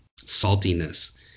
saltiness